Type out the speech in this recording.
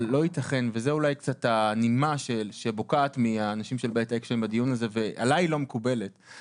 אבל הנימה שבוקעת מהאנשים של בית אקשטיין בדיון הזה לא מקובלת עלי.